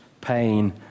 pain